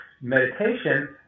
meditation